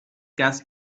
gas